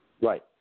Right